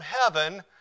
heaven